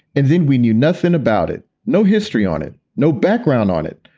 and then we knew nothing about it. no history on it, no background on it.